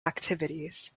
activities